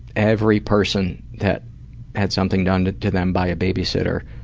every person that had something done to to them by a babysitter